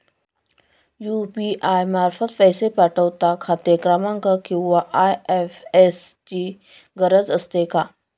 UPI मार्फत पैसे पाठवता खाते क्रमांक किंवा आय.एफ.एस.सी ची गरज असते का?